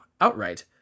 outright